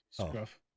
Scruff